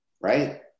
right